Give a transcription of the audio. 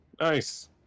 nice